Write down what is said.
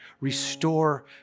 restore